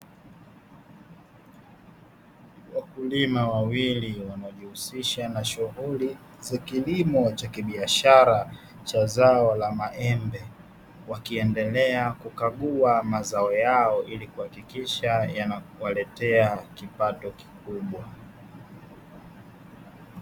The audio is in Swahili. Wakulima wawili; wanaojihusisha na shughuli za kilimo cha kibiashara cha zao la maembe, wakiendelea kukagua mazao yao ili kuhakikisha yanawaletea kipato kikubwa.